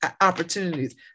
opportunities